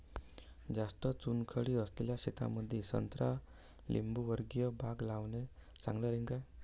जास्त चुनखडी असलेल्या शेतामंदी संत्रा लिंबूवर्गीय बाग लावणे चांगलं राहिन का?